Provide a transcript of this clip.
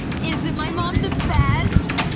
isn't my mom the best?